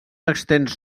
extens